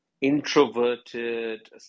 Introverted